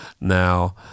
now